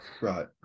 Right